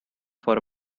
for